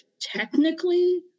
technically